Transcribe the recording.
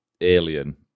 alien